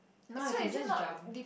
no you can just jump